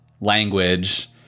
language